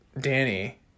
Danny